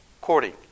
Courting